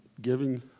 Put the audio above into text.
giving